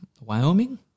Wyoming